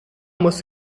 muss